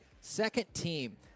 second-team